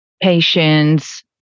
patients